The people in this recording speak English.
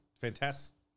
Fantastic